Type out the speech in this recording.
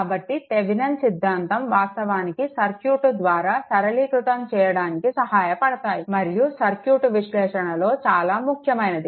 కాబట్టి థెవెనిన్ సిద్ధాంతం వాస్తవానికి సర్క్యూట్ ద్వారా సరళీకృతం చేయడానికి సహాయపడతాయి మరియు సర్క్యూట్ విశ్లేషణలో చాలా ముఖ్యమైనది